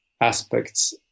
aspects